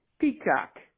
Peacock